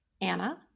Anna